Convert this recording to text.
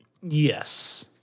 Yes